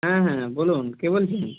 হ্যাঁ হ্যাঁ বলুন কে বলছেন